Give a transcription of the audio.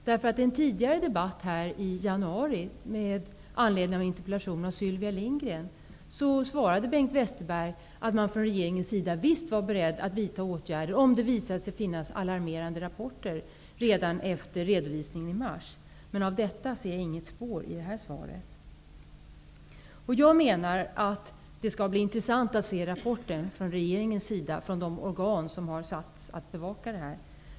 I en tidigare debatt i januari med anledning av en interpellation av Sylvia Lindgren, svarade Bengt Westerberg att man från regeringens sida visst var beredd att vidta åtgärder om det skulle visa sig finnas alarmerande rapporter redan efter redovisningen i mars. Men av detta ser jag inte ett spår i detta svar. Det skall bli intressant att se regeringens rapport från de organ som har satts att bevaka detta.